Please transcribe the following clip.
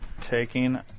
taking